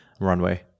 runway